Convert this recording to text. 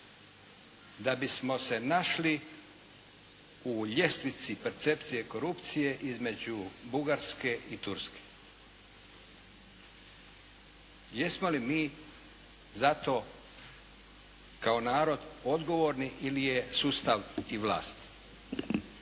Da bismo se našli u ljestvici percepcije korupcije između Bugarske i Turske. Jesmo li mi zato kao narod odgovorni ili je sustav i vlast?